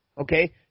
Okay